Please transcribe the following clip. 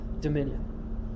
dominion